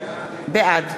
בעד